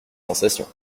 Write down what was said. sensations